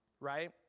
right